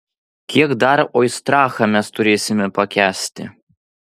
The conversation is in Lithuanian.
kiek dar oistrachą mes turėsime pakęsti